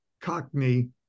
Cockney